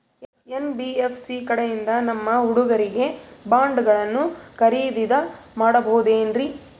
NBFC ಕಡೆಯಿಂದ ನಮ್ಮ ಹುಡುಗರಿಗೆ ಬಾಂಡ್ ಗಳನ್ನು ಖರೀದಿದ ಮಾಡಬಹುದೇನ್ರಿ?